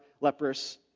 leprous